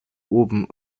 oben